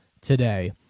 today